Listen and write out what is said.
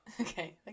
Okay